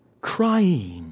crying